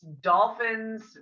dolphins